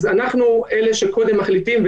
אז אנחנו אלה שקודם מחליטים,